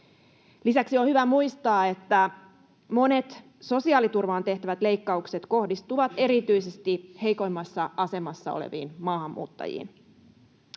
Lisäksi on hyvä muistaa, että monet sosiaaliturvaan tehtävät leikkaukset kohdistuvat erityisesti heikoimmassa asemassa oleviin maahanmuuttajiin.